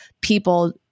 people